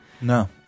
no